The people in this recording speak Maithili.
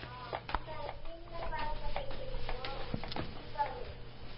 हाँ कि करब किन नहि पाबि सकैत छियै किछु की करबै